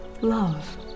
love